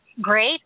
Great